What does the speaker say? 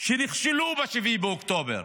שנכשלו ב-7 באוקטובר.